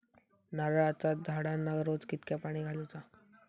नारळाचा झाडांना रोज कितक्या पाणी घालुचा?